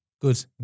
Good